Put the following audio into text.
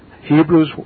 Hebrews